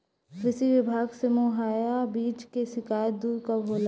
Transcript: कृषि विभाग से मुहैया बीज के शिकायत दुर कब होला?